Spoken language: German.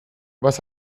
was